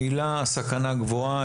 המילה סכנה גבוהה,